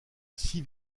six